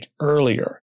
earlier